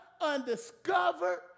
undiscovered